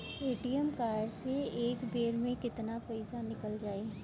ATM card से एक बेर मे केतना पईसा निकल जाई?